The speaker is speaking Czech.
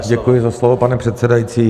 Děkuji za slovo, pane předsedající.